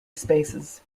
spaces